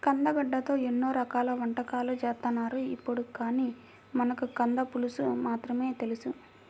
కందగడ్డతో ఎన్నో రకాల వంటకాలు చేత్తన్నారు ఇప్పుడు, కానీ మనకు కంద పులుసు మాత్రమే తెలుసు